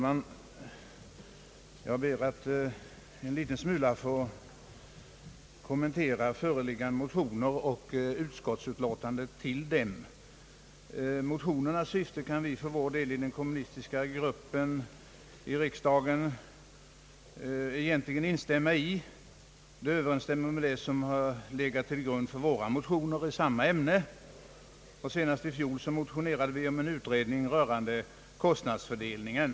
Herr talman! Jag vill en smula kommentera föreliggande motioner och utskottsutlåtandet om dem. Motionernas syfte kan vi för vår del inom den kommunistiska gruppen i riksdagen instämma i. Det överensstämmer med vad som legat till grund för våra motioner i samma ärende. Senast i fjol motionerade vi om en utredning rörande kostnadsfördelningen.